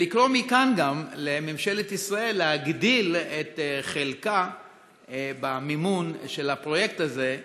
ולקרוא מכאן גם לממשלת ישראל להגדיל את חלקה במימון של הפרויקט הזה.